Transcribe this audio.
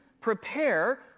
prepare